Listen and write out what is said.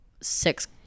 six